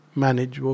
manage